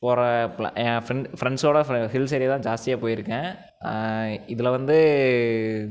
போறாப்பில என் ஃப்ரெண்ட் ஃப்ரெண்ட்ஸோட hills area தான் ஜாஸ்தியாக போய்ருக்கேன் இதில் வந்து